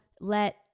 let